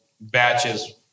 batches